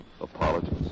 Apologies